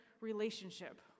relationship